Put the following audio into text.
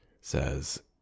says